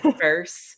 first